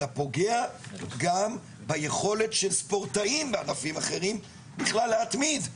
אלא פוגע גם ביכולת של ספורטאים בענפים אחרים בכלל להתמיד.